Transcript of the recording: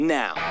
now